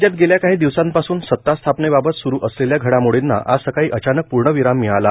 राज्यात गेल्या काही दिवसांपासून सतास्थापनेबाबत स्रु असलेल्या घडामोडींना आज सकाळी अचानक पूर्णविराम मिळाला